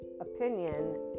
opinion